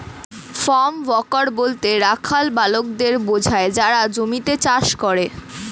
farm worker বলতে রাখাল বালকদের বোঝায় যারা জমিতে চাষ করে